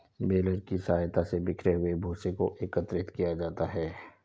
baler की सहायता से बिखरे हुए भूसे को एकत्रित किया जाता है